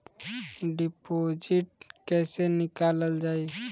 Deposit कैसे निकालल जाइ?